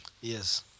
Yes